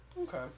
okay